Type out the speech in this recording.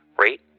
rate